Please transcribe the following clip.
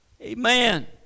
Amen